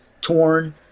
torn